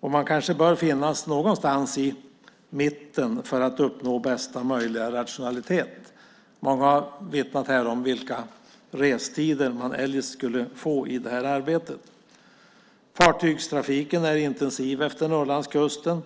Man kanske bör finnas någonstans i mitten för att uppnå bästa möjliga rationalitet. Många har vittnat här om vilka restider man eljest skulle få i det här arbetet. Fartygstrafiken är intensiv utefter Norrlandskusten.